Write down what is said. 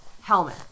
helmet